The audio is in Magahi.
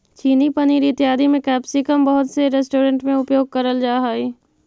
चिली पनीर इत्यादि में कैप्सिकम बहुत से रेस्टोरेंट में उपयोग करल जा हई